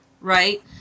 right